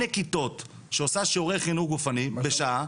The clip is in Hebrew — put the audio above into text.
כיתות שעושות שיעורי חינוך גופני בשעה.